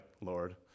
Lord